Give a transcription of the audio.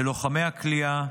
בלוחמי הכליאה,